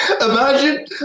Imagine